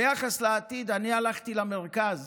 ביחס לעתיד אני הלכתי למרכז